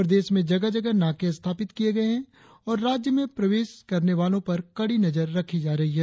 प्रदेश में जगह जगह नाके स्थापित किए गए हैं और राज्य में प्रवेश करने वालों पर नजर रखी जा रही है